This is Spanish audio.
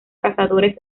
cazadores